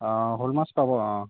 অঁ শ'ল মাছ পাব অঁ